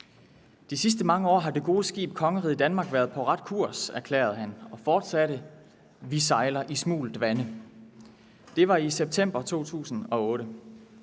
»De sidste mange år har det gode skib »Kongeriget Danmark« været på ret kurs«, erklærede han, og fortsatte: »Vi sejler i smult vande.« Det var i september 2008.